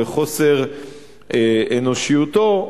בחוסר אנושיותו,